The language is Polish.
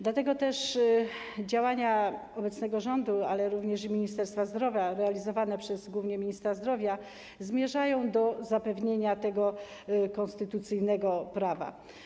Dlatego działania obecnego rządu, ale również Ministerstwa Zdrowia, realizowane głównie przez ministra zdrowia, zmierzają do zapewnienia tego konstytucyjnego prawa.